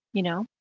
you know.